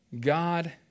God